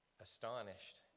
astonished